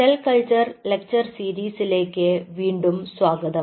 cell culture lecture സീരീസിലേക്ക് വീണ്ടും സ്വാഗതം